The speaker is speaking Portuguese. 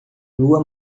lua